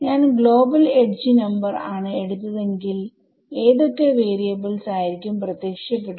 ഞാൻ global edge നമ്പർആണ് എടുത്തതെങ്കിൽ ഏതോക്കെ വാരിയബിൾസ് ആയിരിക്കും പ്രത്യക്ഷപ്പെടുക